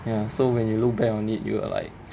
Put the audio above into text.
ya so when you look back on it you will like